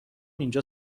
اینجا